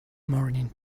morning